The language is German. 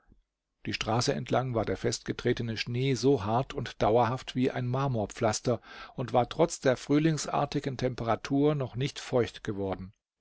die straße entlang war der festgetretene schnee so hart und dauerhaft wie ein marmorpflaster und war trotz der frühlingsartigen temperatur noch nicht feucht geworden